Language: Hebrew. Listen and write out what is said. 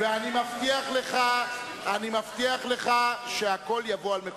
ומי שעושה את זה מנסר את הענף שהוא ישב עליו,